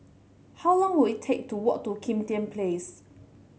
how long will it take to walk to Kim Tian Place